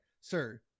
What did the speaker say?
Sir